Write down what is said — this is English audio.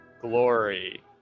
glory